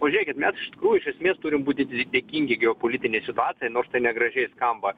o žėkit mes iš tikrųjų iš esmės turim būdi dėkingi geopolitinei situacijai nors tai negražiai skamba